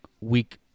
week